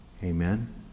Amen